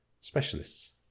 specialists